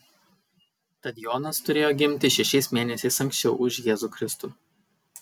tad jonas turėjo gimti šešiais mėnesiais anksčiau už jėzų kristų